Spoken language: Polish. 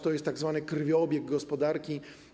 To jest tzw. krwiobieg gospodarki.